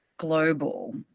global